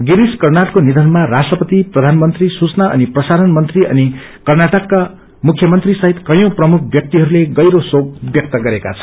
गिरीश कर्नाडको नियनमा राष्ट्रपति प्रधानमंत्री सूचना अनि प्रसारण मंत्री अनि कर्नाटकका मुख्य मंत्री सहित कयौं प्रमुख व्याक्तिहस्ले गहिरो शोक व्यक्त गरेका छन्